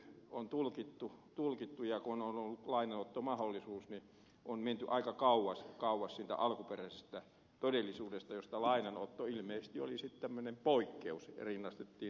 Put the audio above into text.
on tulkittu ja kun on ollut lainanottomahdollisuus niin on menty aika kauas siitä alkuperäisestä todellisuudesta jossa lainanotto ilmeisesti oli sitten tämmöinen poikkeus ja se rinnastettiin tuloihin